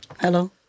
Hello